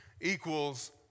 equals